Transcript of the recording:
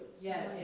Yes